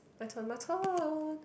my turn my turn